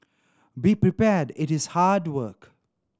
be prepared it is hard work